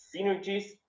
synergies